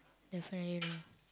definitely no